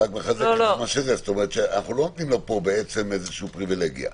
אנחנו לא נותנים לו פה פריבילגיה.